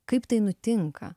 kaip tai nutinka